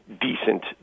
decent